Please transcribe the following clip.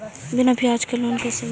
बिना ब्याज के लोन कैसे मिलतै?